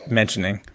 mentioning